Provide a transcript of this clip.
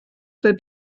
der